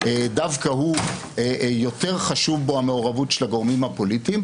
דווקא בו יותר חשובה המעורבות של הגורמים הפוליטיים,